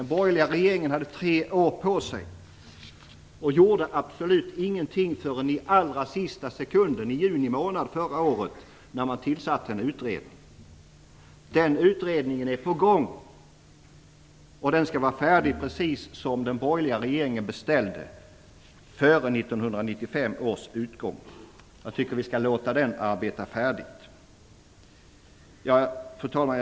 Den borgerliga regeringen hade tre år på sig och gjorde absolut ingenting förrän i allra sista sekunden, i juni månad förra året, då man tillsatte en utredning. Den utredningen är på gång, och den skall, precis som den borgerliga regeringen beställde, vara färdig före 1995 års utgång. Jag tycker att vi skall låta den utredningen arbeta färdigt. Fru talman!